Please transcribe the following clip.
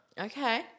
Okay